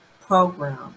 program